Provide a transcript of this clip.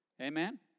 Amen